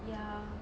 ya